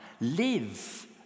Live